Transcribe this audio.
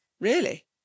Really